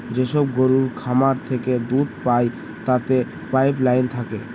যেসব গরুর খামার থেকে দুধ পায় তাতে পাইপ লাইন থাকে